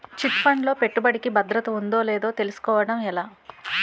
Chit fund లో పెట్టుబడికి భద్రత ఉందో లేదో తెలుసుకోవటం ఎలా?